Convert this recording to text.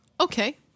Okay